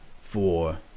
four